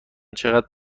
چقدر